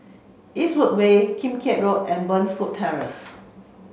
Eastwood Way Kim Keat Road and Burnfoot Terrace